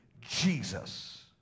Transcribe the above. Jesus